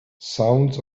sounds